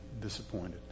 disappointed